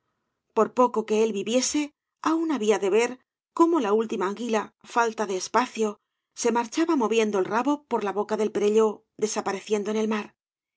por poco que él viviese aun había de ver cómo la última anguila falta de espacio se marchaba moviendo el rabo por la boca del perelló desapareciendo en el mar